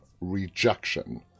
rejection